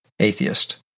atheist